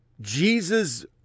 Jesus